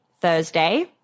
Thursday